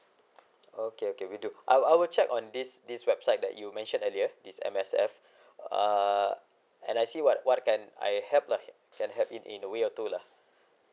okay okay will do I I will check on this this website that you mention earlier this M_S_F uh and I see what what can I help lah can help him in a way or two lah